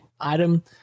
item